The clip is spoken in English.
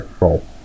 roll